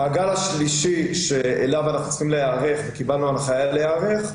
המעגל השלישי שאליו אנחנו צריכים להיערך וקיבלנו הנחיה להיערך,